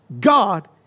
God